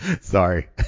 Sorry